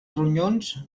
ronyons